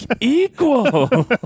equal